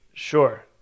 Sure